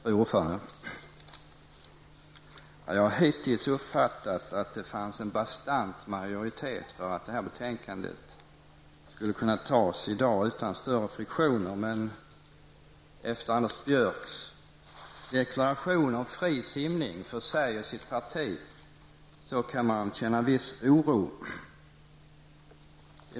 Fru talman! Jag har hittills uppfattat att det fanns en bastant majoritet så att riksdagen kunde fatta beslut om de frågor som behandlas i betänkandet utan större friktioner. Men efter Anders Björcks deklarationer om ''fri simning'' för sig och sitt parti kan man känna en viss oro.